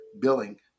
billing